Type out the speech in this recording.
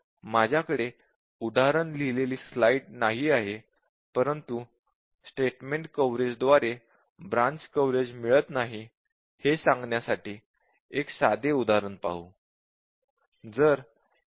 माझ्याकडे उदाहरण लिहिलेली स्लाइड नाही आहे परंतु स्टेटमेंट कव्हरेज द्वारे ब्रांच कव्हरेज मिळत नाही हे सांगण्यासाठी एक साधे उदाहरण पाहू